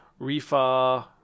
Rifa